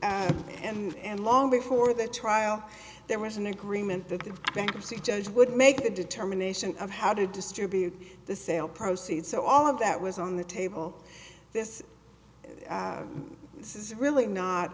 peace and long before the trial there was an agreement that the bankruptcy judge would make the determination of how to distribute the sale proceeds so all of that was on the table this this is really not